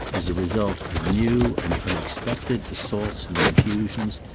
as a result of new and unexpected assaults and infusions,